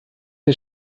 der